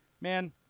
man